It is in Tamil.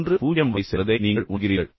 30 வரை சென்றதை நீங்கள் உணர்கிறீர்கள்